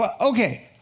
Okay